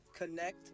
Connect